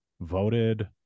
voted